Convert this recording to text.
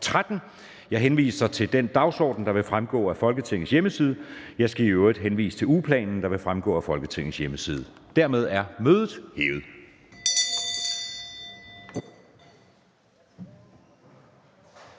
Jeg henviser til den dagsorden, der vil fremgå af Folketingets hjemmeside. Jeg skal i øvrigt henvise til ugeplanen, der vil fremgå af Folketingets hjemmeside. Mødet er hævet.